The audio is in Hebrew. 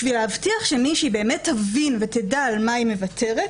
בשביל להבטיח שמישהי באמת תבין ותדע על מה היא מוותרת,